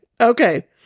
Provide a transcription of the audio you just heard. Okay